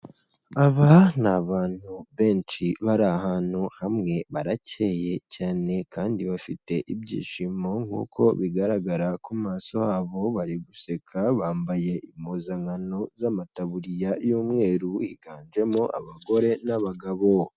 Aba ni abantu benshi bari ahantu hamwe baracye cyane kandi bafite ibyishimo nkuko bigaragara ku maso habo bari guseka bambaye impuzankano z'amataburiya y'umweru higanjemo abagore n'abagabo.